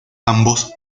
ambos